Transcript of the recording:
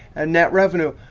and net revenue.